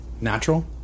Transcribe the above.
Natural